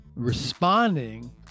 Responding